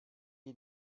iyi